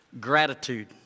Gratitude